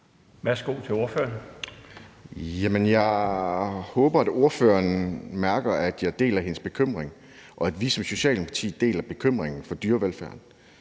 Thomas Monberg (S): Jeg håber, at ordføreren bemærker, at jeg deler hendes bekymring, og at vi som Socialdemokrati deler bekymringen for dyrevelfærden.